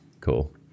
Cool